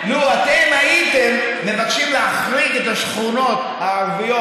לו אתם הייתם מבקשים להחריג את השכונות הערביות